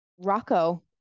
Rocco